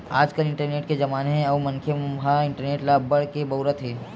आजकाल इंटरनेट के जमाना हे अउ मनखे ह इंटरनेट ल अब्बड़ के बउरत हे